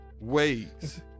ways